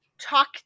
talk